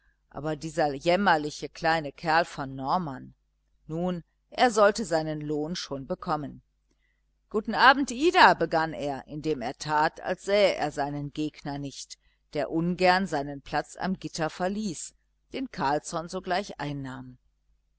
aber dieser jämmerliche kleine kerl von norman nun er sollte seinen lohn schon bekommen guten abend ida begann er indem er tat als sähe er seinen gegner nicht der ungern seinen platz am gitter verließ den carlsson sogleich einnahm